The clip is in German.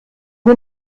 wir